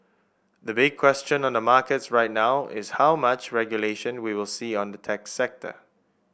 the big question on the markets right now is how much regulation we will see on the tech sector